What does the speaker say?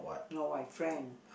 not wife friend